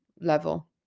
level